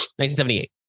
1978